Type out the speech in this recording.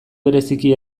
bereziki